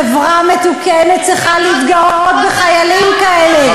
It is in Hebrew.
חברה מתוקנת צריכה להתגאות בחיילים כאלה.